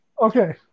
okay